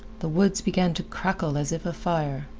the woods began to crackle as if afire.